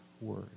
Word